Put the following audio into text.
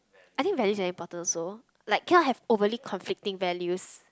I think values very important also like cannot have overly conflicting values